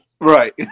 Right